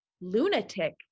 lunatic